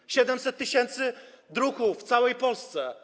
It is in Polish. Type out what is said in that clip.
Jest 700 tys. druhów w całej Polsce.